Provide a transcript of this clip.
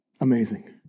Amazing